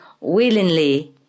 willingly